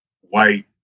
white